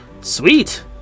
Sweet